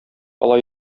ала